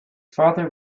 father